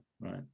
right